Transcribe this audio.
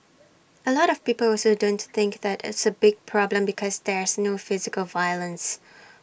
A lot of people also don't think that it's A big problem because there's no physical violence